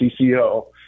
CCO